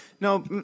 No